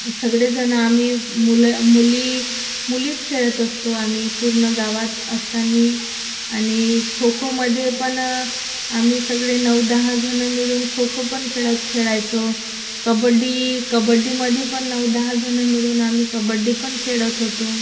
सगळेजणं आम्ही मुलं मुली मुलीच खेळत असतो आम्ही पूर्ण गावात असताना आणि खोखोमध्ये पण आम्ही सगळे नऊ दहा जणं मिळून खो खो पण खेळत खेळायचो कबड्डी कबड्डीमध्ये पण नऊ दहा जणं मिळून आम्ही कबड्डी पण खेळत होतो